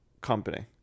company